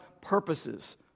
purposes